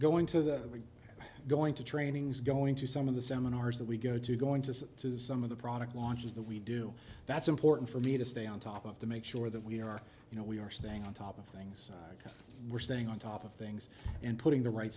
going to be going to trainings going to some of the seminars that we go to going to to some of the product launches that we do that's important for me to stay on top of to make sure that we are you know we are staying on top of things because we're staying on top of things and putting the right